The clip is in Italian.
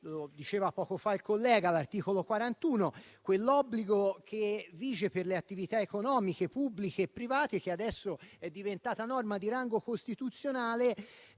lo diceva poco fa un collega - l'articolo 41 a proposito dell'obbligo che vige per le attività economiche pubbliche e private, e che adesso è diventato norma di rango costituzionale,